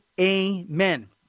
amen